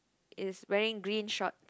is wearing green shorts